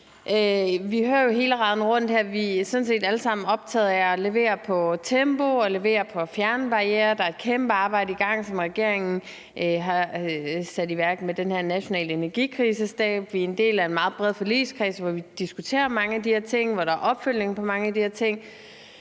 vi hører jo hele raden rundt, at vi sådan set alle sammen er optaget af at levere på tempoet og levere på at fjerne barrierer, og der er et kæmpe arbejde i gang, som regeringen har sat i værk med den her nationale energikrisestab, NEKST, og vi er en del af en meget bred forligskreds, hvor vi diskuterer mange af de her ting, og hvor der er opfølgning på mange af de her ting.